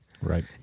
Right